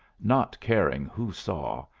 not caring who saw,